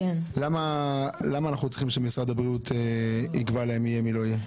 למה אנחנו צריכים שמשרד הבריאות יקבע להם מי יהיה ומי לא יהיה?